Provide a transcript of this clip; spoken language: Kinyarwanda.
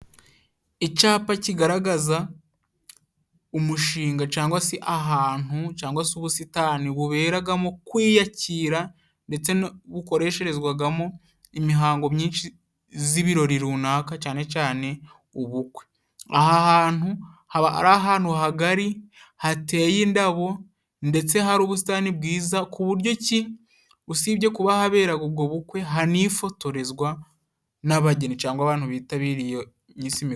Icapa kigaragaza umushinga cangwa se ahantu cangwa se ubusitani buberagamo kwiyakira ndetse bukoreshezwagamo imihango myinshi z'ibirori runaka cyane cyane ubukwe. Aha hantu haba ari ahantu hagari hateye indabo, ndetse hari ubusitani bwiza, ku buryo ki usibye kuba haberaga ubwo bukwe, hanifotorezwa n'abageni cangwa abantu bitabiriye iyo minsi mikuru.